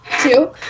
Two